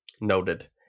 Noted